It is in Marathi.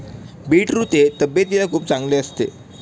बीटरूट हे तब्येतीला खूप चांगले असते